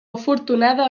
afortunada